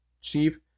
chief